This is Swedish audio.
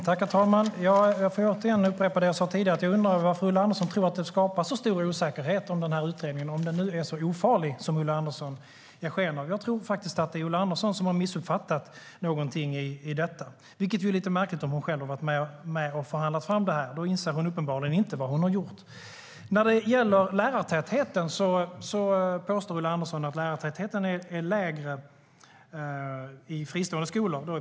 Herr talman! Jag får upprepa det jag sa tidigare, att jag undrar varför Ulla Andersson tror att det skapar så stor osäkerhet om den här utredningen, om den nu är så ofarlig som Ulla Andersson ger sken av. Jag tror faktiskt att det är Ulla Andersson som har missuppfattat någonting i detta, vilket ju är lite märkligt då hon själv varit med och förhandlat fram den. Då inser hon uppenbarligen inte vad hon har gjort. När det gäller lärartätheten påstår Ulla Andersson att den är lägre i privata skolor.